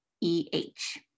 E-H